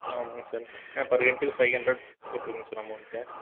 ஆமாம்ங்க sir per ஹெட்டுக்கு five hundred போட்டுருங்க சார் அமௌண்ட்டு